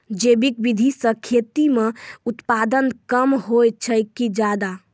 जैविक विधि से खेती म उत्पादन कम होय छै कि ज्यादा?